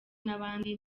n’abandi